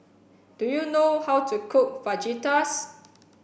do you know how to cook Fajitas